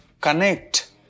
connect